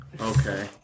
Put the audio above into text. Okay